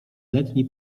letni